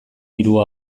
hiru